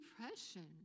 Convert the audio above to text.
depression